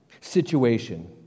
situation